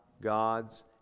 God's